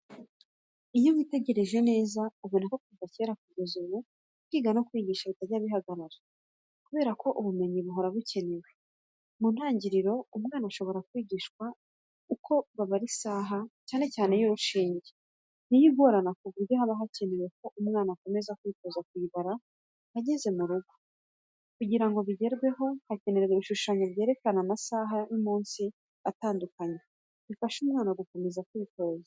Iyo witegereje neza ubona ko kuva kera kugeza ubu kwiga no kwigisha bitajya bihagarara kubera ko ubumenyi buhora bukenewe. Mu ntangiriro umwana ashobora kwigishwa uko babara isaha cyane iy'urushinge ni yo igorana ku buryo haba hakenewe ko umwana akomeza kwitoza kuyibara ageze mu rugo. Kugira ngo bigerweho hakenerwa ibishushanyo byerekana amasaha y'umunsi atandukanye, bifasha umwana gukomeza kwitoza.